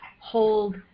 hold